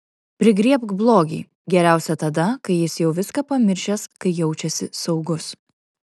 prigriebk blogį geriausia tada kai jis jau viską pamiršęs kai jaučiasi saugus